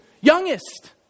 Youngest